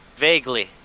vaguely